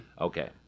Okay